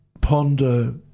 ponder